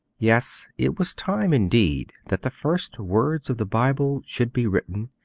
yes it was time, indeed, that the first words of the bible should be written,